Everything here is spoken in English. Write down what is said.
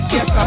Yes